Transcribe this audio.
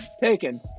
taken